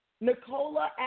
Nicola